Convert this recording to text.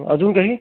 अजून काही